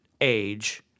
age